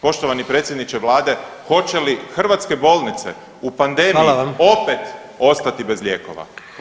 Poštovani predsjedniče Vlade hoće li hrvatske bolnice u pandemiji [[Upadica: Hvala vam.]] opet ostati bez lijekova?